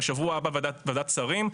בשבוע הבא ועדת שרים,